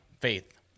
faith